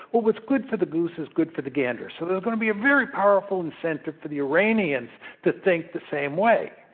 well, what's good for the goose is good for the gander. so, there's going to be a very powerful incentive for the iranians to think the same way.